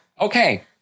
okay